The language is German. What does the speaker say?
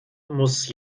muss